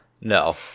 No